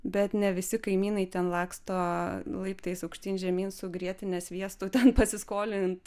bet ne visi kaimynai ten laksto laiptais aukštyn žemyn su grietine sviestu ten pasiskolint